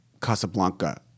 Casablanca